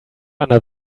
under